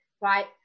right